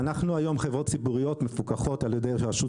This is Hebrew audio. אנחנו היום חברות ציבוריות מפוקחות על ידי רשות